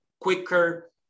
quicker